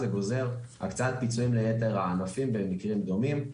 זה גוזר הקצאת פיצויים לייתר הענפים במקרים דומים,